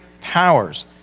powers